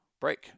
break